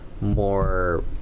more